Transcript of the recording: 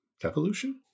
devolution